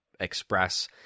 express